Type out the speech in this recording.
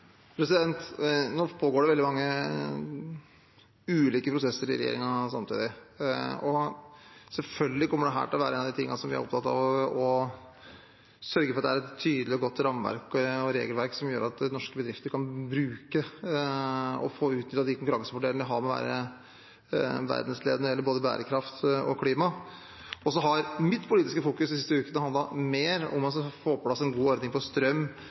Nå pågår det veldig mange ulike prosesser i regjeringen samtidig, og selvfølgelig kommer dette til å være en av de tingene som vi er opptatt av å sørge for er et tydelig og godt ramme- og regelverk som gjør at norske bedrifter kan bruke og få utnyttet de konkurransefordelene de har ved å være verdensledende når det gjelder både bærekraft og klima. Mitt politiske fokus har de siste ukene handlet mer om å få på plass en god ordning på strøm